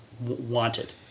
wanted